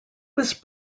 was